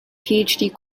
phd